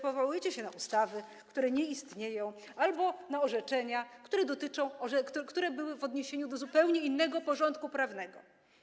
Powołujecie się na ustawy, które nie istnieją, albo na orzeczenia, które powstały w odniesieniu do zupełnie innego porządku prawnego.